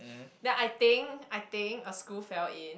then I think I think a screw fell in